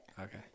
Okay